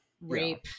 rape